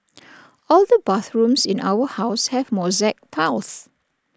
all the bathrooms in our house have mosaic tiles